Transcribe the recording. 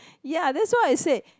ya that's why I said